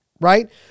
right